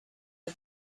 are